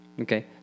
Okay